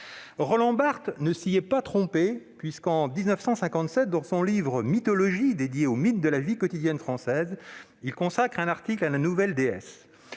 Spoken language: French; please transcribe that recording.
Roland Barthes ne s'y est pas trompé puisque, en 1957, dans son livre consacré aux mythes de la vie quotidienne française, il a consacré un article à la nouvelle DS.